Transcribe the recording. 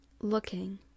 looking